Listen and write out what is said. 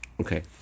Okay